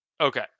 Okay